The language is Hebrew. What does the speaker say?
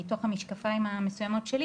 מתוך המשקפיים המסוימות שלי